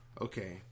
Okay